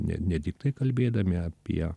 nene tiktai kalbėdami apie